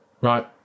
right